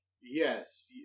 Yes